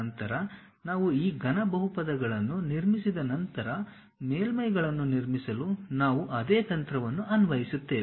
ನಂತರ ನಾವು ಈ ಘನ ಬಹುಪದಗಳನ್ನು ನಿರ್ಮಿಸಿದ ನಂತರ ಮೇಲ್ಮೈಗಳನ್ನು ನಿರ್ಮಿಸಲು ನಾವು ಅದೇ ತಂತ್ರವನ್ನು ಅನ್ವಯಿಸುತ್ತೇವೆ